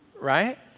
right